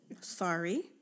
Sorry